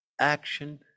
action